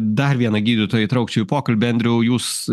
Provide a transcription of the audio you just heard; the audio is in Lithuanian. dar viena gydytoją įtraukčiau į pokalbį andriau jūs